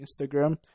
instagram